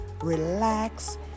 relax